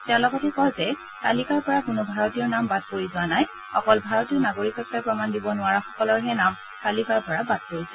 তেওঁ লগতে কয় যে তালিকাৰ পৰা কোনো ভাৰতীয়ৰ নাম বাদ পৰি যোৱা নাই অকল ভাৰতীয় নাগৰিকত্বৰ প্ৰমাণ দিব নোৱাৰাসকলৰহে নাম তালিকাৰ পৰা বাদ পৰিছে